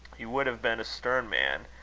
he would have been a stern man,